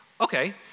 okay